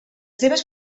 seves